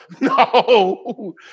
no